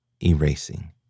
erasing